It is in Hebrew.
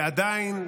ועדיין,